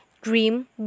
dream